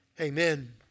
amen